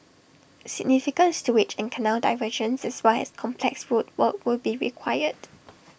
significant sewage and canal diversions as well as complex road work will be required